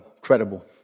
credible